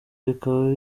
bikaba